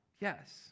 Yes